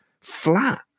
flat